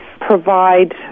provide